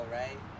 right